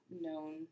known